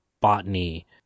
botany